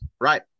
Right